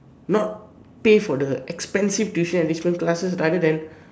not pay for the expensive tuition enrichment classes rather than